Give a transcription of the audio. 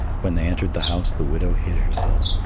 when they entered the house, the widow hid herself,